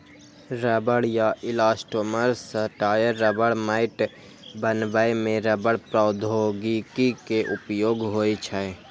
रबड़ या इलास्टोमोर सं टायर, रबड़ मैट बनबै मे रबड़ प्रौद्योगिकी के उपयोग होइ छै